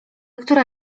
która